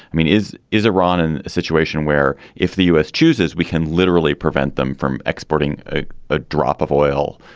i mean, is is iran in a situation where if the u s. chooses, we can literally prevent them from exporting ah a drop of oil,